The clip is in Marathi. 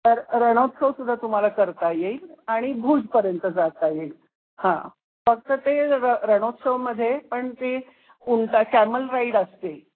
तर रणोत्सवसुद्धा तुम्हाला करता येईल आणि भूजपर्यंत जाता येईल हां फक्त ते र रणोत्सवमध्ये पण ते उंट कॅमल राईड असते